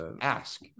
Ask